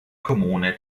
kommune